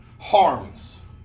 harms